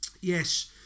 yes